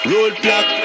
Roadblock